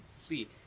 see